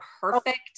perfect